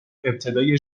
ابتدای